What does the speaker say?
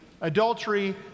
adultery